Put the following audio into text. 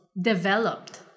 developed